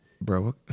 Bro